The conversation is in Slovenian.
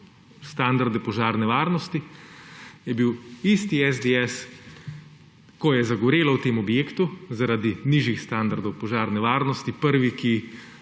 standarde požarne varnosti, je bil isti SDS, ko je zagorelo v tem objektu zaradi nižjih standardov požarne varnosti, prvi, ki